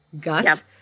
gut